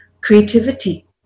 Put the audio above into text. Creativity